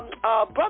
Brother